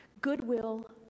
Goodwill